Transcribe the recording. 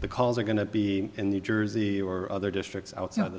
the calls are going to be in the jersey or other districts outside